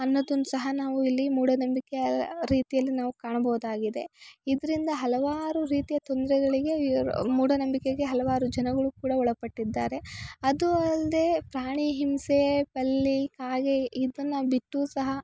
ಅನ್ನೊದುನ್ನ ಸಹ ನಾವು ಇಲ್ಲಿ ಮೂಢನಂಬಿಕೆ ರೀತಿಯಲ್ಲಿ ನಾವು ಕಾಣ್ಬೋದಾಗಿದೆ ಇದ್ರಿಂದ ಹಲವಾರು ರೀತಿಯ ತೊಂದರೆಗಳಿಗೆ ಮೂಢನಂಬಿಕೆಗೆ ಹಲವಾರು ಜನಗಳು ಕೂಡ ಒಳಪಟ್ಟಿದ್ದಾರೆ ಅದೂ ಅಲ್ಲದೆ ಪ್ರಾಣಿ ಹಿಂಸೆ ಹಲ್ಲಿ ಕಾಗೆ ಇದನ್ನು ಬಿಟ್ಟು ಸಹ